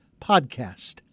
podcast